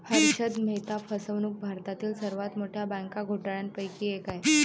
हर्षद मेहता फसवणूक भारतातील सर्वात मोठ्या बँक घोटाळ्यांपैकी एक आहे